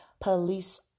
police